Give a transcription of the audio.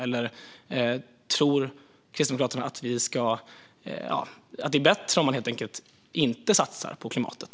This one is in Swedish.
Eller tror Kristdemokraterna att det är bättre om man helt enkelt inte satsar på klimatet?